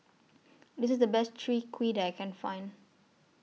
This IS The Best Chwee Kueh that I Can Find